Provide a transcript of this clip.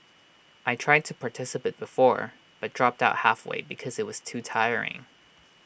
I tried to participate before but dropped out halfway because IT was too tiring